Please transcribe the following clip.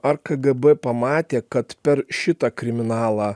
ar kgb pamatė kad per šitą kriminalą